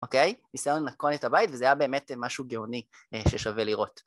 אוקיי? ניסיון לנקות את הבית, וזה היה באמת משהו גאוני ששווה לראות.